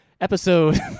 episode